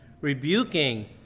rebuking